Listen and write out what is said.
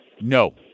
No